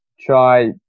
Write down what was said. try